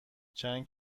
چند